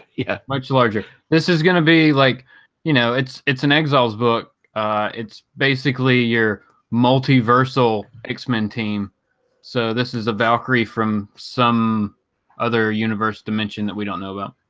yeah much larger this is gonna be like you know it's it's an exiles book it's basically you're multiversal x-men team so this is a valkyrie from some other universe dimension that we don't know about